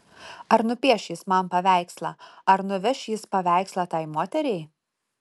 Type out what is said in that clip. ar nupieš jis man paveikslą ar nuveš jis paveikslą tai moteriai